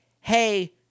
hey